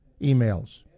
emails